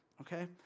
Okay